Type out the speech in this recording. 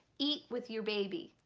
eat with your baby!